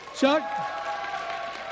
Chuck